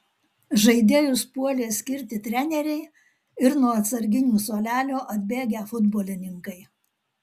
žaidėjus puolė skirti treneriai ir nuo atsarginių suolelio atbėgę futbolininkai